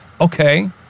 okay